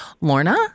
Lorna